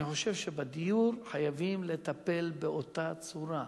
אני חושב שבדיור חייבים לטפל באותה צורה.